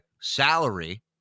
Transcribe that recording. salary